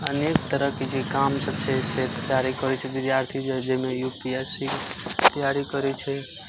अनेक तरहके जे काम सभ छै से तैयारी करै छै विद्यार्थी जाहिमे यू पी एस सी तैयारी करै छै